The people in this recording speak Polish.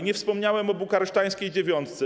Nie wspomniałem o Bukareszteńskiej Dziewiątce.